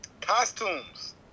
Costumes